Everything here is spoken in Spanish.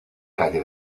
calle